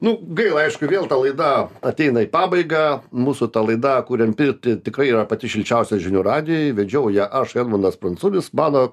nu gaila aišku vėl ta laida ateina į pabaigą mūsų ta laida kuriam pirtį tikrai yra pati šilčiausia žinių radijuj vedžiau ją aš edmundas pranculis mano